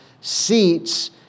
seats